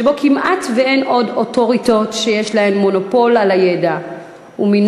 שבו כמעט שאין עוד אוטוריטות שיש להן מונופול על הידע ומנגד